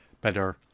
better